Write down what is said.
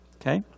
Okay